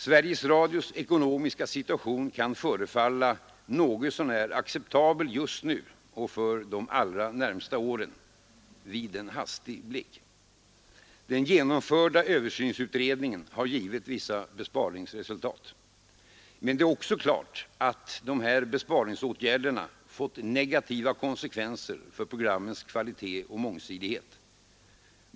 Sveriges Radios ekonomiska situation kan förefalla acceptabel just nu och för de allra närmaste åren — vid en hastig blick. Den genomförda översynsutredningen har givit vissa besparingsresultat men det är också klart att dessa besparingsåtgärder fått negativa konsekvenser för programmens kvalitet och mångsidighet.